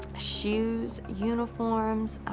shoes, uniforms,